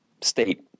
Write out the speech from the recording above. state